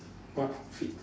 what outfit